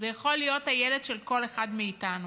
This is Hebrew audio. זה יכול להיות הילד של כל אחד מאיתנו,